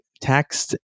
text